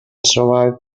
survived